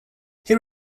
here